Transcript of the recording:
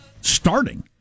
starting